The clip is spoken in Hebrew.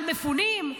על מפונים?